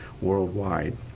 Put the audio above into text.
worldwide